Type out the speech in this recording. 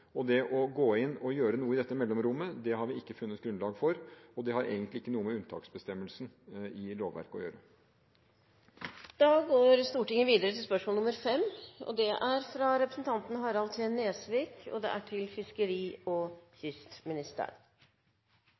Det å gå inn og gjøre noe i dette mellomrommet har vi ikke funnet grunnlag for, og det har egentlig ikke noe med unntaksbestemmelsen i lovverket å gjøre. Jeg har følgende spørsmål til sjømatministeren: «Departementet har nå sendt på høring saken om grønne laksekonsesjoner og hvilke kriterier som skal til